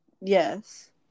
Yes